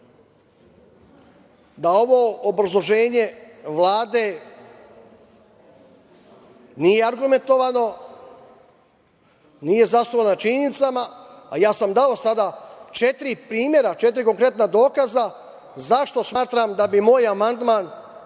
da ovo obrazloženje Vlade nije argumentovano, nije zasnovano na činjenicama, a ja sam dao sada četiri primera, četiri konkretna dokaza zašto smatram da bi moj amandman